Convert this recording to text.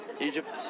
Egypt